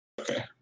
Okay